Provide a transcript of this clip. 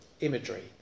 imagery